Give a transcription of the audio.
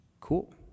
Cool